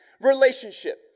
relationship